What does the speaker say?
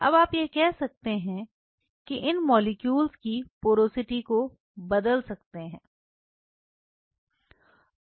अब आप यह कर सकते हैं की इन मॉलिक्यूल की पोरोसिटी को बदल सकते है